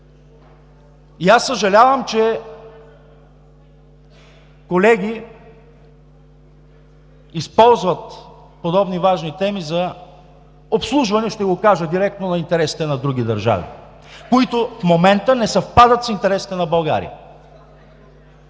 и аз съжалявам, че колеги използват подобни важни теми за обслужване, ще го кажа директно, на интересите на други държави, които в момента не съвпадат с интересите на България.